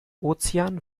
ozean